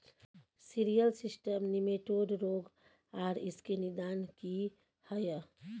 Cereal cyst nematode रोग आर इसके निदान की हय?